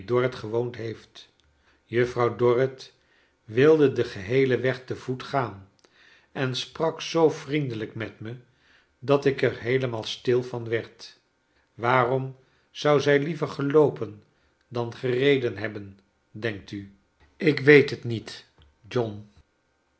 gewoond heeft juffrouw dorrit wilde den geheelen weg te voet gaan en sprak zoo vriendelijk met me dat ik er heelemaal stil van werd waarom zou zij liever geloopen dan gereden hebben denkt nv ik weet het niet john